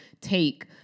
take